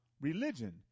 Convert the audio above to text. religion